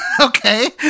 Okay